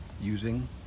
using